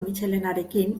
mitxelenarekin